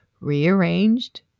rearranged